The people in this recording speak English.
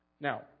Now